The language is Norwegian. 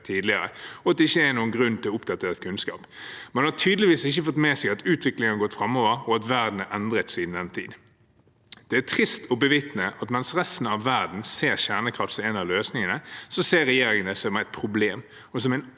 tidligere, og at det ikke er noen grunn til å oppdatere kunnskapen. Man har tydeligvis ikke fått med seg at utviklingen har gått framover, og at verden er endret siden den tid. Det er trist å bevitne at mens resten av verden ser kjernekraft som en av løsningene, ser regjeringen det som et problem og som en